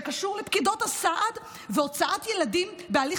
שקשור לפקידות הסעד והוצאת ילדים בהליך